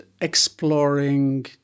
exploring